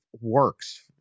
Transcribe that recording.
works